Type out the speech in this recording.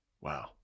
Wow